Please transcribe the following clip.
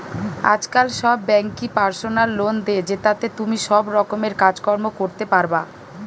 আজকাল সব বেঙ্কই পার্সোনাল লোন দে, জেতাতে তুমি সব রকমের কাজ কর্ম করতে পারবা